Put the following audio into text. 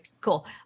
cool